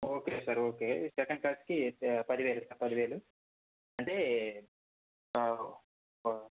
okay sir okay second class కి పదివేలు పదివేలు అంటే ఆ